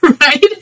Right